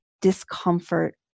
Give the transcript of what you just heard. discomfort